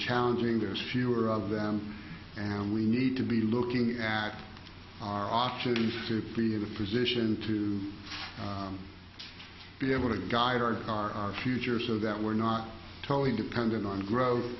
challenging there's fewer of them and we need to be looking at our options to be in a position to be able to guide our future so that we're not totally dependent on growth